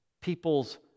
people's